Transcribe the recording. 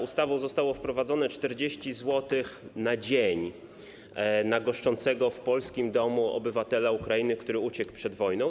Ustawą zostało wprowadzone 40 zł na dzień na goszczącego w polskim domu obywatela Ukrainy, który uciekł przed wojną.